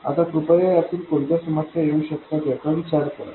आता कृपया यातून कोणत्या समस्या येऊ शकतात याचा विचार करा